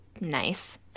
nice